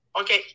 Okay